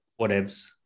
whatevs